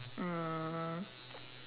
mm